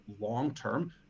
long-term